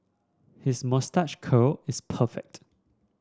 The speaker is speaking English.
his moustache curl is perfect